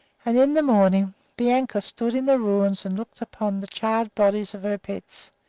and in the morning bianca stood in the ruins and looked upon the charred bodies of her pets.